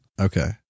okay